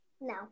No